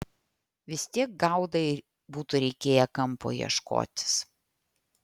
vis tiek gaudai būtų reikėję kampo ieškotis